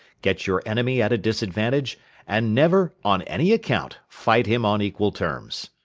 get your enemy at a disadvantage and never, on any account, fight him on equal terms.